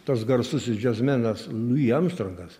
tas garsusis džiazmenas lui amstrongas